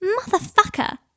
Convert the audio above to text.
Motherfucker